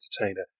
entertainer